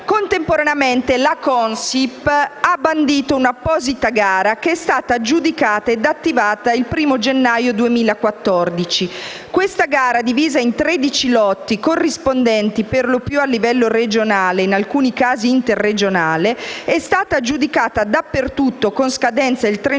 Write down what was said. Contemporaneamente, la Consip ha bandito un'apposita gara, che è stata aggiudicata ed attivata il 1° gennaio 2014. Questa gara, divisa in 13 lotti (corrispondenti per lo più al livello regionale; in alcuni casi interregionale) è stata aggiudicata dappertutto, con scadenza il 31 dicembre